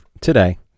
today